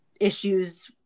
issues